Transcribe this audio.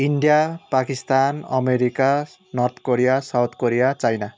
India Pakistan America north Korea south Korea China